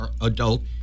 adult